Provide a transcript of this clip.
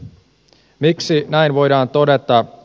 miksi näin voidaan todeta